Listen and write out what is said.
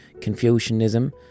Confucianism